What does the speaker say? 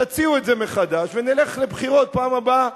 תציעו את זה מחדש ונלך לבחירות בפעם הבאה,